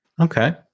Okay